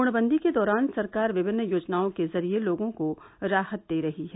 पूर्णबंदी के दौरान सरकार विभिन्न योजनाओं के जरिए लोगों को राहत दे रही है